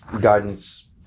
guidance